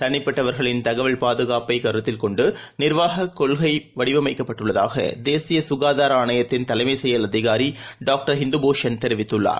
தனிப்பட்டவர்களின் தகவல் பாதுகாப்பைகருத்தில் கொண்டு நிர்வாக கொள்னைவடிவமைக்கப்பட்டுள்ளதாக தேசிய சுகாதார ஆணைய்த்தின் தலைமை செயல் அதிகாரிடாக்டர் இந்து பூஷன் தெரிவித்துள்ளார்